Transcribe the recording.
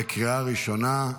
בקריאה ראשונה.